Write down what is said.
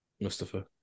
Mustafa